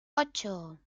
ocho